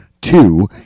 two